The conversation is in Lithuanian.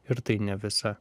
ir tai ne visą